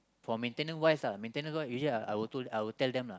for maintainence wise lah maintenance wise usually I I will told I will tell them lah